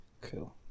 Cool